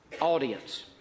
audience